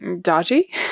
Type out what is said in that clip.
dodgy